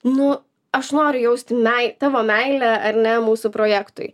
nu aš noriu jausti mei tavo meilę ar ne mūsų projektui